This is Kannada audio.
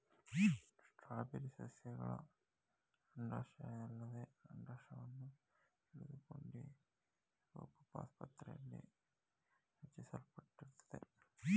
ಸ್ಟ್ರಾಬೆರಿ ಸಸ್ಯಗಳ ಅಂಡಾಶಯದಲ್ಲದೆ ಅಂಡಾಶವನ್ನು ಹಿಡಿದುಕೊಂಡಿರೋಪುಷ್ಪಪಾತ್ರೆಲಿ ರಚಿಸಲ್ಪಟ್ಟಿರ್ತದೆ